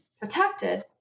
protected